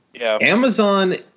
Amazon